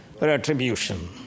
retribution